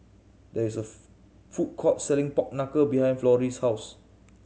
there is a food court selling pork knuckle behind Florie's house